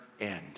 end